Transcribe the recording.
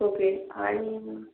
okay आणि